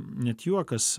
net juokas